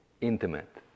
intimate